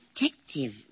detective